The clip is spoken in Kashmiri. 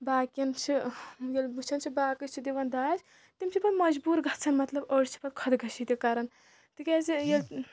باقیَن چھِ ییٚلہِ وٕچھان چھِ باقٕے چھِ دِوان داج تِم چھِ پَتہٕ مجبوٗر گَژھان مطلب أڑۍ چھِ پَتہٕ خۄدکٔشی تہِ کَران تِکیازِ ییٚلہِ